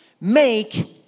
make